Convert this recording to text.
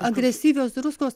agresyvios druskos